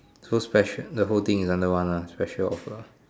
so special the whole thing is under one lah special offer